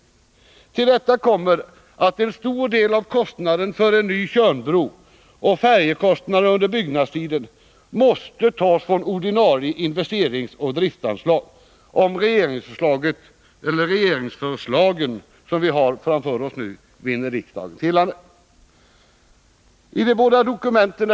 Till detta kommer att en stor del av kostnaden för en ny Tjörnbro och för färja under byggnadstiden måste tas från ordinarie investeringsoch driftanslag, om regeringsförslagen som vi nu har framför oss vinner riksdagens gillande.